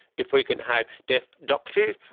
if we can have deaf doctors,